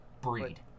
Breed